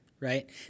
Right